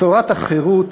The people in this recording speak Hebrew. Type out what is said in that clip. בשורת החירות